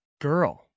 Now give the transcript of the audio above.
girl